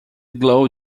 glow